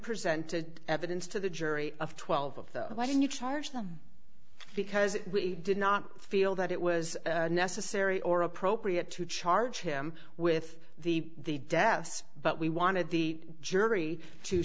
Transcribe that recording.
presented evidence to the jury of twelve of those why didn't you charge them because we did not feel that it was necessary or appropriate to charge him with the deaths but we wanted the jury to